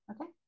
Okay